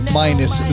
minus